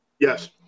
Yes